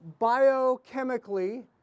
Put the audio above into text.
biochemically